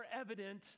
evident